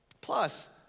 Plus